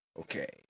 Okay